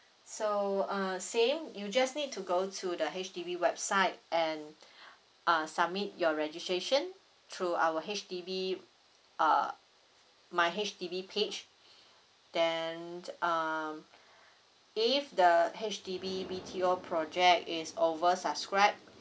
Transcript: so uh same you just need to go to the H_D_B website and ah submit your registration through our H_D_B uh my H_D_B page then um if the H_D_B B_T_O project is oversubscribed